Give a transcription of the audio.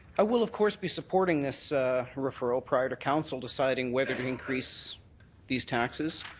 i will, of course, be supporting this referral prior to council deciding whether to increase these taxes.